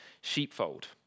sheepfold